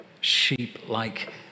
sheep-like